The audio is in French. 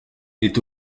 est